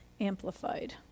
Amplified